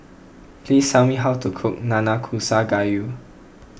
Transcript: please tell me how to cook Nanakusa Gayu